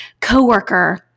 coworker